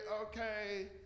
okay